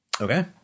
Okay